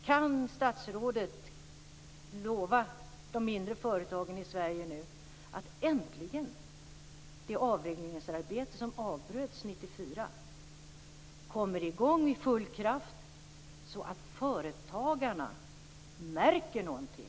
Kan statsrådet nu lova de mindre företagen i Sverige att det avregleringsarbete som avbröts 1994 äntligen kommer i gång med full kraft så att företagarna märker någonting?